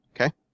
Okay